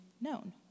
known